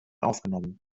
aufgenommen